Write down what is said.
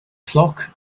flock